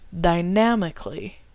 dynamically